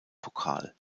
pokal